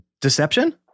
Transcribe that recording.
deception